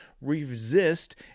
resist